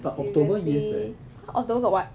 seriously october got what